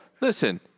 Listen